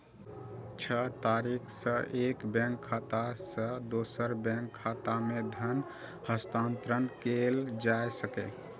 छह तरीका सं एक बैंक खाता सं दोसर बैंक खाता मे धन हस्तांतरण कैल जा सकैए